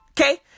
Okay